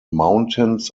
mountains